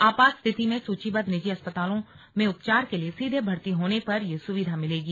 आपात स्थिति में सुचीबद्ध निजी अस्पतालों में उपचार के लिए सीधे भर्ती होने पर यह सुविधा मिलेगी